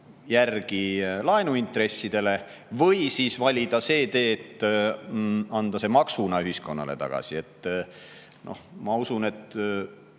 järgi laenuintressidele, või siis valida see tee, et anda see maksuna ühiskonnale tagasi. Ma usun, et